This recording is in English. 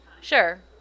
Sure